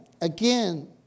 again